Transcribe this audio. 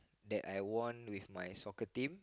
that I won with my soccer team